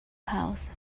house